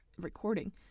recording